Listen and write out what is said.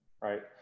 right